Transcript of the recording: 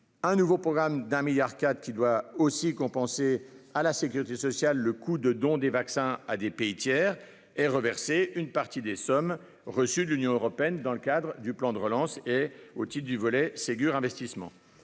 Un nouveau programme, doté de 1,4 milliard d'euros, doit compenser à la sécurité sociale le coût des dons de vaccins à des pays tiers et aussi lui reverser une partie des sommes reçues de l'Union européenne dans le cadre du plan de relance au titre du volet investissement